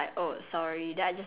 ya ya ya